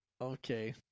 Okay